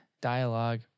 dialogue